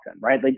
right